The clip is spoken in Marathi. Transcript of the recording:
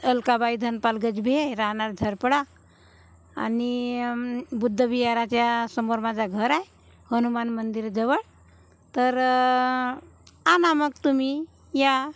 अलकाबाई धनपाल गजबिये राहणार झरपडा आनि बुद्ध विहाराच्या समोर माझं घर आहे हनुमान मंदिरजवळ तर आणा मग तुम्ही या